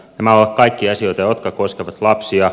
nämä ovat kaikki asioita jotka koskevat lapsia